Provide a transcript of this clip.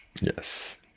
yes